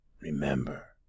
Remember